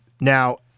Now